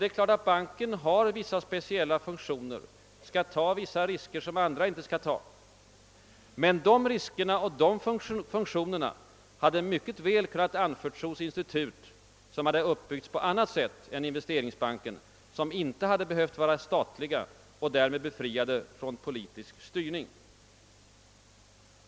Det är klart att banken har vissa speciella funktioner och skall ta risker som andra inte kan ta, men dessa risker och dessa funktioner hade mycket väl kunnat anförtros institut, som hade uppbyggts på annat sätt än Investeringsbanken och som inte hade behövt vara statliga utan kunnat bli befriade från politisk styrning.